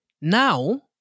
Now